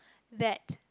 that